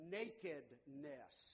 nakedness